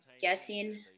guessing